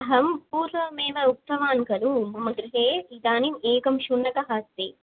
अहं पूर्वमेव उक्तवान् खलु मम गृहे इदानीम् एकः शुनकः अस्ति